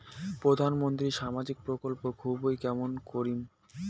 প্রধান মন্ত্রীর সামাজিক প্রকল্প মুই কেমন করিম?